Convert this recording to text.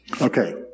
Okay